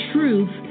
Truth